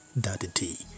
Daddy